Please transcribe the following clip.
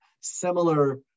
similar